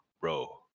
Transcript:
bro